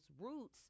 roots